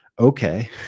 okay